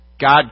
God